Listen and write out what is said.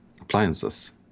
appliances